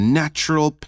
natural